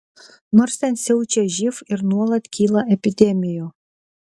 nors ten siaučia živ ir nuolat kyla epidemijų